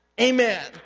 Amen